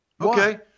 Okay